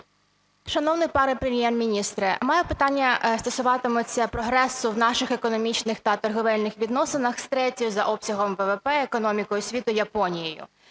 Шановний пане Прем'єр-міністре, в мене питання стосуватиметься прогресу в наших економічних та торговельних відносинах з третьою за обсягом ВВП економікою світу Японією.